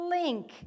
link